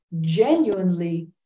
genuinely